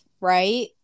right